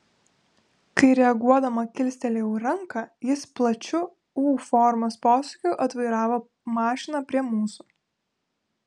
kai reaguodama kilstelėjau ranką jis plačiu u formos posūkiu atvairavo mašiną prie mūsų